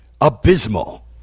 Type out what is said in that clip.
abysmal